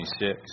26